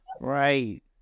Right